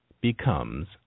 becomes